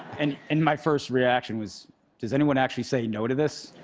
and and my first reaction was does anyone actually say no to this?